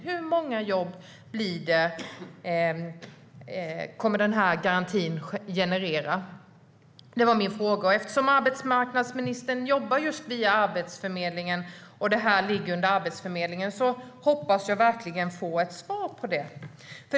Hur många jobb kommer garantin att generera? Eftersom arbetsmarknadsministern jobbar just via Arbetsförmedlingen och eftersom detta ligger under Arbetsförmedlingen hoppas jag verkligen få ett svar på frågan.